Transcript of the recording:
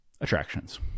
attractions